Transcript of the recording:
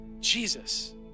Jesus